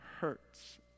hurts